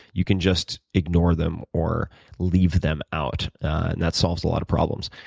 you can just ignore them or leave them out, and that solves a lot of problems.